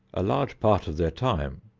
a large part of their time,